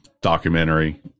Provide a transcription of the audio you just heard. Documentary